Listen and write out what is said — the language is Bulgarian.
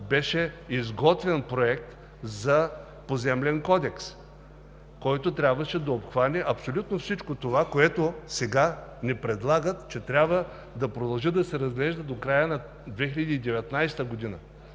беше изготвен Проект за поземлен кодекс, който трябваше да обхване абсолютно всичко това, което сега ни предлагат, че трябва да продължи да се разглежда до края на 2019 г.